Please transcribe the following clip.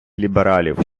лібералів